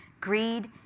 Greed